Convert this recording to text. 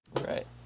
Right